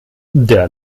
der